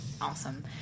Awesome